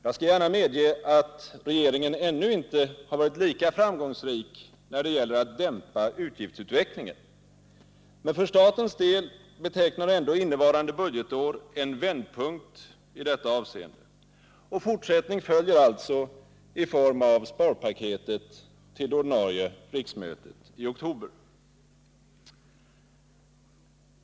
Jag skall gärna medge att regeringen ännu inte har varit lika framgångsrik när det gäller att dämpa utgiftsutvecklingen, men för statens del betecknar ändå innevarande budgetår en vändpunkt i detta avseende. Och fortsättning följer alltså i form av det sparpaket som skall föreläggas det ordinarie riksmötet i oktober.